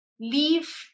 leave